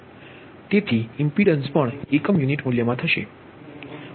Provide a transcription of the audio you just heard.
તેથી ઇમ્પીડન્સ પણ એકમ યુનિટ મૂલ્યમાં છે